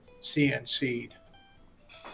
CNC'd